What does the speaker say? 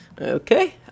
Okay